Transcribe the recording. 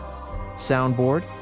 soundboard